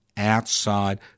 outside